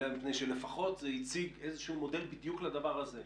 אלא מפני שלפחות זה הציג איזשהו מודל בדיוק לדבר הזה.